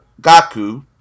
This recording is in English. Gaku